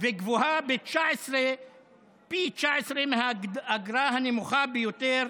וגבוהה פי 19 מהאגרה הנמוכה ביותר,